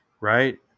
Right